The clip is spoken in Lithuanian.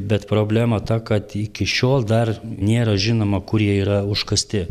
bet problema ta kad iki šiol dar nėra žinoma kur jie yra užkasti